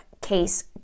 case